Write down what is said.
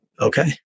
okay